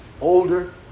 older